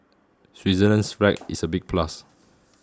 Switzerland's flag is a big plus